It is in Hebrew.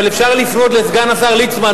אבל אפשר לפנות לסגן השר ליצמן,